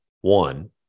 one